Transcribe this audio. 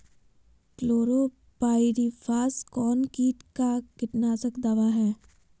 Chlorpyrifos कौन किट का कीटनाशक दवा है?